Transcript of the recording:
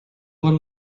were